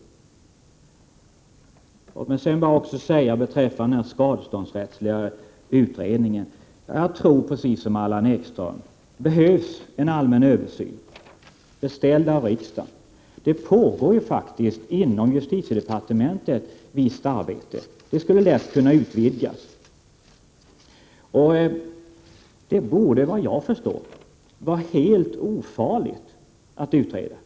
1988/89:30 Låt mig sedan beträffande den skadeståndsrättsliga utredningen säga att 23 november 1988 jag precis som Allan Ekström tror att det behövs en allmän översyn, beställd ZH av riksdagen. Det pågår ju faktiskt inom justitiedepartementet ett visst arbete, och det skulle lätt kunna utvidgas. Såvitt jag förstår borde det vara helt ofarligt att utreda.